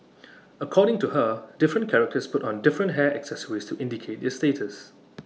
according to her different characters put on different hair accessories to indicate their status